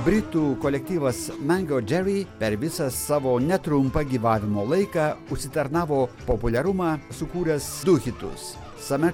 britų kolektyvas mango džeri per visą savo netrumpą gyvavimo laiką užsitarnavo populiarumą sukūręs du hitus samer taim